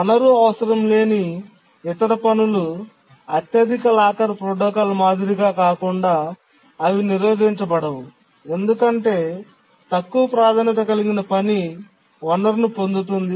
వనరు అవసరం లేని ఇతర పనులు అత్యధిక లాకర్ ప్రోటోకాల్ మాదిరిగా కాకుండా అవి నిరోధించబడవు ఎందుకంటే తక్కువ ప్రాధాన్యత కలిగిన పని వనరును పొందుతుంది